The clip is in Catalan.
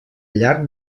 llarg